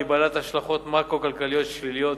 והיא בעלת השלכות מקרו-כלכליות שליליות,